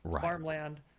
farmland